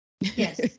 yes